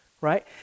right